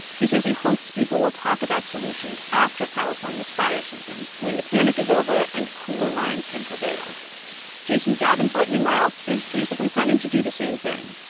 he says he hopes people will talk about solutions after california's fire season, when the panic is over and cooler minds can prevail jason davenport, meanwhile, is basically planning to do the same thing.